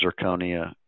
zirconia